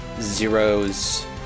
zero's